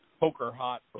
poker-hot